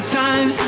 time